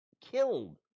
killed